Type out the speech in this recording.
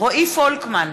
רועי פולקמן,